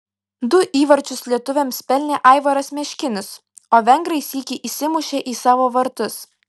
du įvarčius lietuviams pelnė aivaras meškinis o vengrai sykį įsimušė į savo vartus